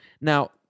now